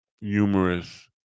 humorous